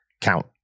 count